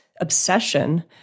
obsession